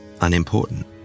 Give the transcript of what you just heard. unimportant